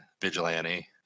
vigilante